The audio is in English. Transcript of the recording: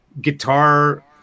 guitar